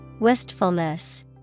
Wistfulness